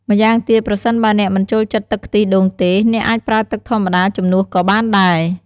ម្យ៉ាងទៀត ប្រសិនបើអ្នកមិនចូលចិត្តទឹកខ្ទិះដូងទេ អ្នកអាចប្រើទឹកធម្មតាជំនួសក៏បានដែរ។